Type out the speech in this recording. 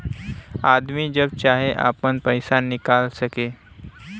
आदमी जब चाहे आपन पइसा निकाल सके